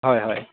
হয় হয়